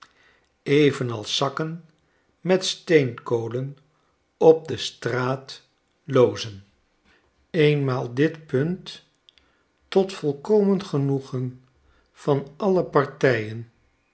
evenals zakken met steenkolen op de straat loozen eenmaal dit punt tot volkomen genoegen van alle partijen